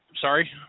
sorry